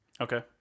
Okay